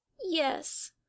Yes